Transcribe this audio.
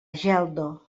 geldo